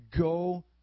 go